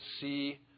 see